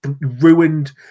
ruined